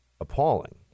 appalling